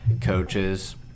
coaches